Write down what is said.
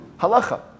Halacha